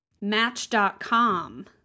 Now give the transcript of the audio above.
Match.com